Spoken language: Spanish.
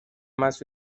más